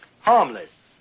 harmless